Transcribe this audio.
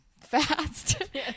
fast